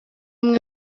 amwe